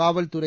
காவல்துறை